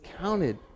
counted